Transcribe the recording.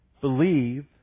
Believe